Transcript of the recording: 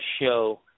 show